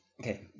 Okay